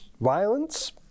Violence